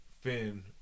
Finn